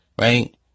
Right